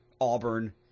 Auburn